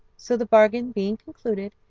so the bargain being concluded,